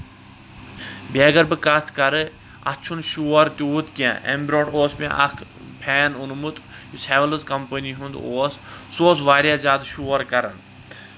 بیٚیہِ اَگر بہٕ کَتھ کرٕ اَتھ چھُ نہٕ شور تیوٗت کیٚنٛہہ اَمہِ برۄنٛٹھ اوس مےٚ اکھ فین اونمُت یُس ہیٚولٕز کَمپٔنی ہُنٛد اوس سُہ اوس واریاہ زیادٕ شور کران